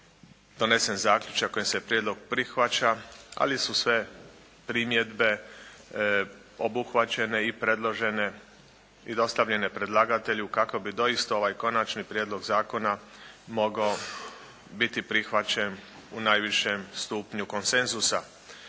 donesen zaključak kojim se prijedlog prihvaća, ali su sve primjedbe obuhvaćene i predložene i dostavljene predlagatelju kako bi doista ovaj Konačni prijedlog Zakona mogao biti prihvaćen u najvišem stupnju koncenzusa.